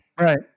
right